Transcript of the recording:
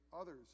others